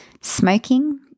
smoking